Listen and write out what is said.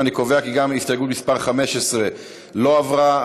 אני קובע כי הסתייגות 14 לא התקבלה.